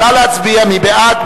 נא להצביע: מי בעד?